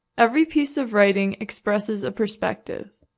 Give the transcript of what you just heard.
every piece of writing expresses a perspective.